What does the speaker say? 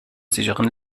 sicheren